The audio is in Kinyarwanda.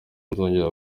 nzongera